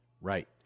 Right